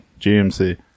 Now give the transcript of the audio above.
GMC